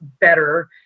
better